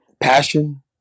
passion